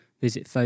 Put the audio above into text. visit